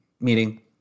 meeting